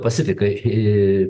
pasifiką į